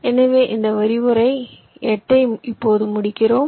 எனவே இந்த விரிவுரை 8 ஐ இப்போது முடிக்கிறோம்